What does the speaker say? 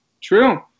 true